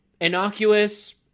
innocuous